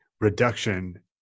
reduction